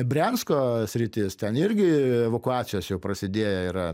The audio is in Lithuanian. briansko sritis ten irgi evakuacijos jau prasidėję yra